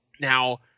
now